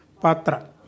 Patra